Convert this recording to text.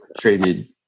traded